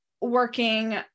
working